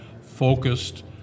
focused